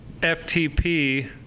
FTP